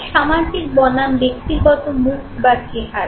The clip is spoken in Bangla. সামাজিক বনাম ব্যক্তিগত মুখ বা চেহারা